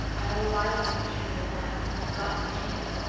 i owe life and canada that, and i've got to pay it.